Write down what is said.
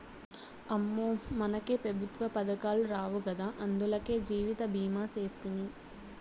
అమ్మో, మనకే పెఋత్వ పదకాలు రావు గదా, అందులకే జీవితభీమా సేస్తిని